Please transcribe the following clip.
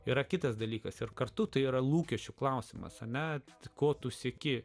yra kitas dalykas ir kartu tai yra lūkesčių klausimas ar ne ko tu sieki